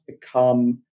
become